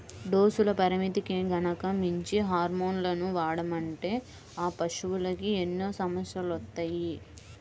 డోసుల పరిమితికి గనక మించి హార్మోన్లను వాడామంటే ఆ పశువులకి ఎన్నో సమస్యలొత్తాయి